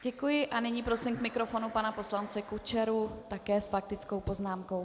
Děkuji a nyní prosím k mikrofonu pana poslance Kučeru také s faktickou poznámkou.